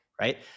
right